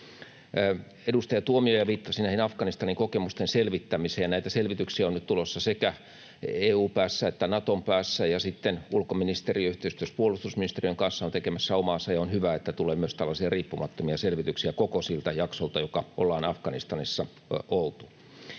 Edustaja Tuomioja viittasi näiden Afganistanin kokemusten selvittämiseen, ja näitä selvityksiä on nyt tulossa sekä EU:n päässä että Naton päässä, sitten ulkoministeriö yhteistyössä puolustusministeriön kanssa on tekemässä omaansa, ja on hyvä, että tulee myös tällaisia riippumattomia selvityksiä koko siltä jaksolta, joka ollaan Afganistanissa oltu.